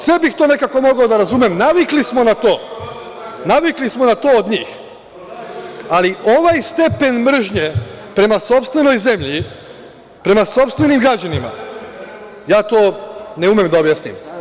Sve bih to mogao da razumem, navikli smo na to od njih, ali ovaj stepen mržnje prema sopstvenoj zemlji, prema sopstvenim građanima, to ne umem da objasnim.